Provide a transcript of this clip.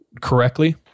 correctly